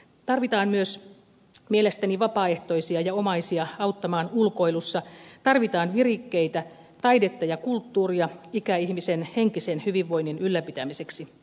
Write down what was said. tarvitaan mielestäni myös vapaaehtoisia ja omaisia auttamaan ulkoilussa tarvitaan virikkeitä taidetta ja kulttuuria ikäihmisen henkisen hyvinvoinnin ylläpitämiseksi